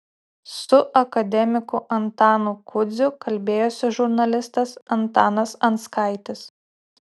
su akademiku antanu kudziu kalbėjosi žurnalistas antanas anskaitis